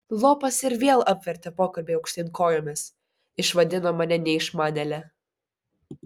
lopas ir vėl apvertė pokalbį aukštyn kojomis išvadino mane neišmanėle